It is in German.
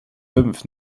fünf